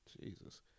Jesus